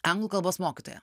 anglų kalbos mokytoja